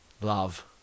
Love